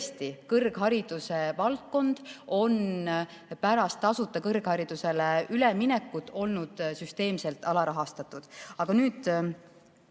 kõrghariduse valdkond on pärast tasuta kõrgharidusele üleminekut olnud süsteemselt alarahastatud.